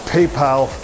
PayPal